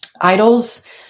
Idols